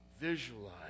visualize